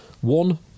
one